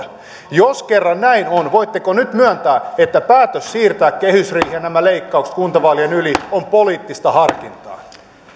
jos kerran näin on voitteko nyt myöntää että päätös siirtää kehysriihi ja nämä leikkaukset kuntavaalien yli on poliittista harkintaa